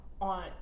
on